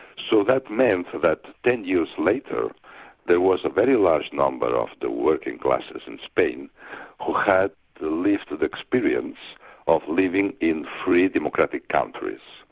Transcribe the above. so that meant that ten years later there was a very large number of the working classes in spain who had lived the experience of living in free democratic countries.